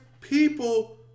people